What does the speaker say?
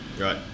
Right